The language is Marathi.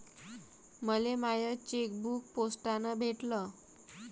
मले माय चेकबुक पोस्टानं भेटल